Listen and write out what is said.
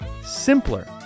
simpler